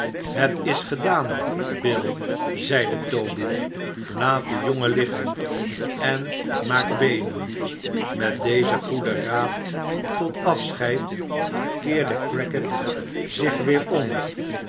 het is gedaan bill zeide toby laat den jongen liggen en maak beenen met dezen goeden raad tot afscheid keerde crackit zich weer om